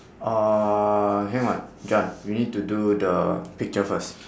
uh hang on john we need to do the picture first